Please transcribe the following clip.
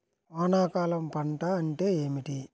వానాకాలం పంట అంటే ఏమిటి?